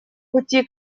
пути